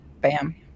bam